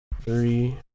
three